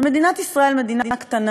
עכשיו, מדינת ישראל, מדינה קטנה,